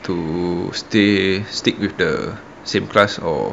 to stay stick with the same class or